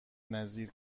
نظیر